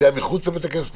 זה היה מחוץ לבית הכנסת,